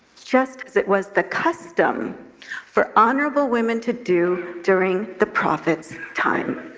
just as it was the custom for honorable women to do during the prophet's time.